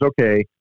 okay